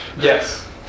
Yes